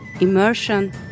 immersion